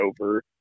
over